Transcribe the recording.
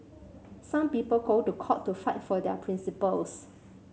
some people go to court to fight for their principles